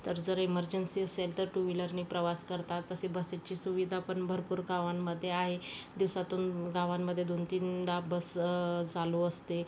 तर जर इमरजेंसी असेल तर टू व्हीलरने प्रवास करतात तसे बसेसची सुविधापण भरपूर गावांमध्ये आहे दिवसातून गावांमध्ये दोन तीनदा बस चालू असते